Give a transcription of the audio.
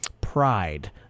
pride